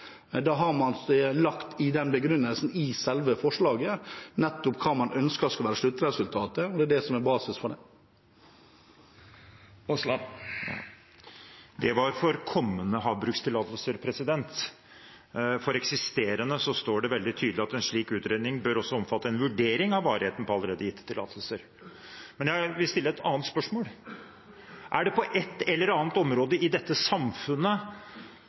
Da har man i den begrunnelsen i selve forslaget lagt nettopp hva man ønsker skal være sluttresultatet, og det er basisen for det. Det var for kommende havbrukstillatelser. For eksisterende står det veldig tydelig at en slik utredning bør også «omfatte en vurdering av varigheten på allerede gitte tillatelser». Men jeg vil stille et annet spørsmål: Er det noe område i dette samfunnet